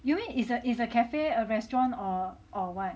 you mean it's a it's a cafe a restaurant or or what